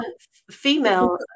female